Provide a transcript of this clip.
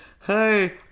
hey